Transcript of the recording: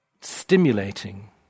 stimulating